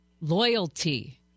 Loyalty